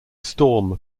storm